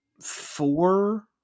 four